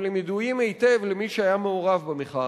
אבל הם ידועים היטב למי שהיה מעורב במחאה הזאת.